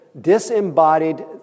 disembodied